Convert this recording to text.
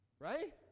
Right